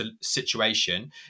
situation